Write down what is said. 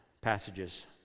passages